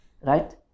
right